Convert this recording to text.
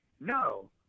no